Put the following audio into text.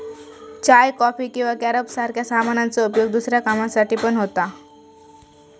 चाय, coffee किंवा carob सारख्या सामानांचा उपयोग दुसऱ्या कामांसाठी पण होता